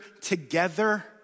together